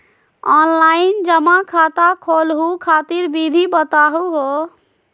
Online जमा खाता खोलहु खातिर विधि बताहु हो?